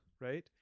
right